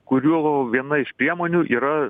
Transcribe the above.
kurių viena iš priemonių yra